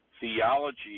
theology